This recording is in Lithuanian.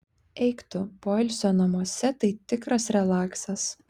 eik tu poilsio namuose tai tikras relaksas